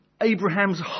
Abraham's